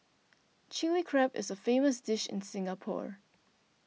Chilli Crab is a famous dish in Singapore